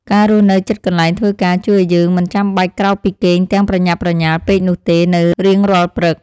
ការរស់នៅជិតកន្លែងធ្វើការជួយឱ្យយើងមិនចាំបាច់ក្រោកពីគេងទាំងប្រញាប់ប្រញាល់ពេកនោះទេនៅរៀងរាល់ព្រឹក។